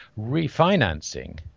refinancing